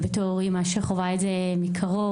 ובתור אמא שחווה את זה מקרוב,